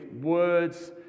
words